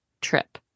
trip